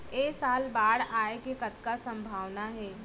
ऐ साल बाढ़ आय के कतका संभावना हे?